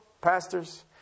pastors